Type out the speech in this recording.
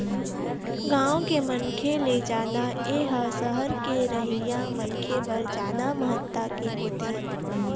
गाँव के मनखे ले जादा ए ह सहर के रहइया मनखे बर जादा महत्ता के होथे